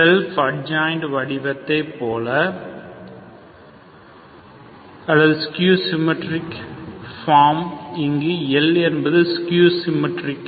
self adjoint வடிவத்தை போல அல்லது ஸ்கியூ சிம்மேட்ரிக் பாம் இங்கு L என்பது ஸ்கியூ சிம்மேட்ரிக்